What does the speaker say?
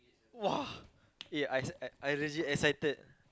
!wah! eh I I legit excited